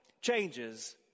changes